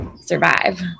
survive